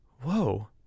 whoa